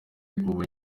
ubu